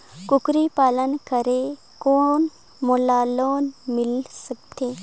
कूकरी पालन करे कौन मोला लोन मिल सकथे?